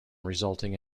resulting